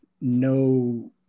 no